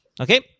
okay